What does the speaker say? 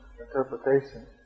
interpretation